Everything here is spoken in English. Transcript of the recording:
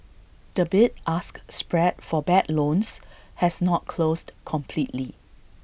the bid ask spread for bad loans has not closed completely